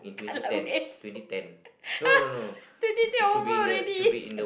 kalau win twenty ten over already